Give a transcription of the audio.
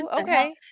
Okay